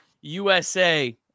USA